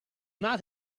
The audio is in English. not